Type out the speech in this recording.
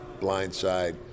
Blindside